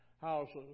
houses